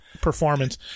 performance